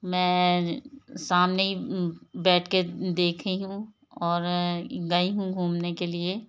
मैं सामने ही बैठके देखी हूँ और गई हूँ घूमने के लिए